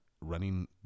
running